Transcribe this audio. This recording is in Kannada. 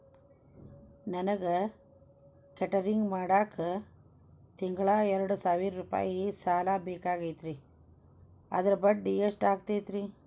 ನನಗ ಕೇಟರಿಂಗ್ ಮಾಡಾಕ್ ತಿಂಗಳಾ ಎರಡು ಸಾವಿರ ರೂಪಾಯಿ ಸಾಲ ಬೇಕಾಗೈತರಿ ಅದರ ಬಡ್ಡಿ ಎಷ್ಟ ಆಗತೈತ್ರಿ?